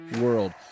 world